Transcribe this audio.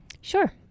Sure